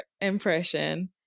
impression